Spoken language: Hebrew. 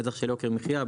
בטח של יוקר מחיה,